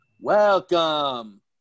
welcome